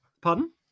Pardon